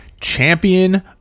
Champion